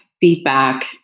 feedback